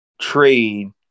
trade